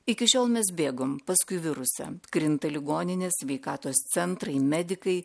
iki šiol mes bėgom paskui virusą krinta ligoninės sveikatos centrai medikai